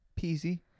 Peasy